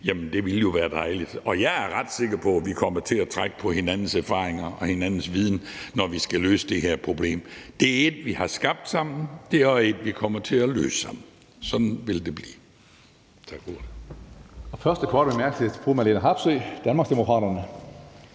det da ville være dejligt. Jeg er ret sikker på, at vi kommer til at trække på hinandens erfaringer og hinandens viden, når vi skal løse det her problem. Det er et, vi har skabt sammen, og det er også et, vi kommer til at løse sammen. Sådan vil det blive. Tak for